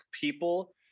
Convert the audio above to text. people